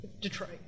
Detroit